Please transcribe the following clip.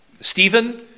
Stephen